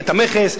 את המכס,